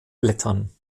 blättern